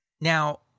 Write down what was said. now